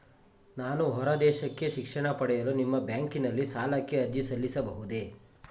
ನಾನು ಹೊರದೇಶಕ್ಕೆ ಶಿಕ್ಷಣ ಪಡೆಯಲು ನಿಮ್ಮ ಬ್ಯಾಂಕಿನಲ್ಲಿ ಸಾಲಕ್ಕೆ ಅರ್ಜಿ ಸಲ್ಲಿಸಬಹುದೇ?